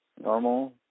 normal